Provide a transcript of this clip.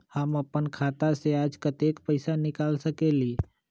हम अपन खाता से आज कतेक पैसा निकाल सकेली?